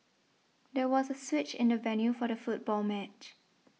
there was a switch in the venue for the football match